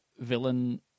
villain